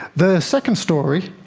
the second story,